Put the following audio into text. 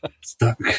Stuck